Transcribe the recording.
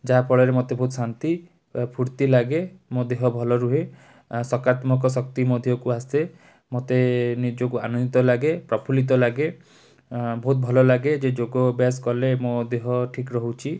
ଯାହାଫଳରେ ମୋତେ ବହୁତ ଶାନ୍ତି ଫୁର୍ତ୍ତି ଲାଗେ ମୋ ଦେହ ଭଲ ରୁହେ ସକରାତ୍ମକ ଶକ୍ତି ମୋ ଦେହକୁ ଆସେ ମୋତେ ନିଜକୁ ଆନନ୍ଦିତ ଲାଗେ ପ୍ରଫୁଲ୍ଲିତ ଲାଗେ ବହୁତ ଭଲଲାଗେ ଯେ ଯୋଗ ଅଭ୍ୟାସ କଲେ ମୋ ଦେହ ଠିକ୍ ରହୁଛି